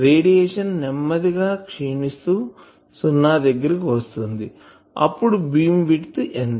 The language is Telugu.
రేడియేషన్ నెమ్మదిగా క్షిణీస్తు సున్నా దగ్గరకు వస్తుంది అప్పుడు బీమ్ విడ్త్ ఎంత